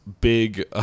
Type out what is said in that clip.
big